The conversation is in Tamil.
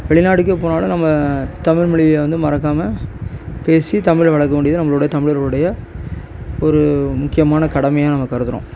வெளிநாட்டுக்கே போனாலும் நம்ம தமிழ்மொழியை வந்து மறக்காமல் பேசி தமிழை வளர்க்க வேண்டியது நம்மளுடைய தமிழர்களுடைய ஒரு முக்கியமான கடைமையாக நம்ம கருதுகிறோம்